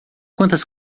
quantas